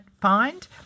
find